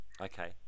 Okay